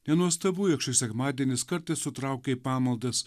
nenuostabu jog šis sekmadienis kartais sutraukia į pamaldas